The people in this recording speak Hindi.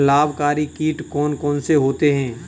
लाभकारी कीट कौन कौन से होते हैं?